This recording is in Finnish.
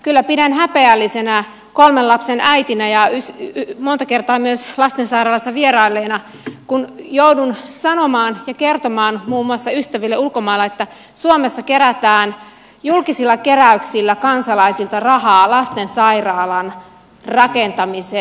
kyllä pidän häpeällisenä kolmen lapsen äitinä ja monta kertaa myös lastensairaalassa vierailleena kun joudun sanomaan ja kertomaan muun muassa ystäville ulkomailla että suomessa kerätään julkisilla keräyksillä kansalaisilta rahaa lastensairaalan rakentamiseen